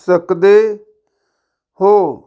ਸਕਦੇ ਹੋ